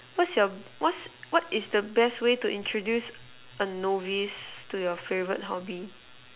what's your what's what is the best way to introduce a novice to your favourite hobby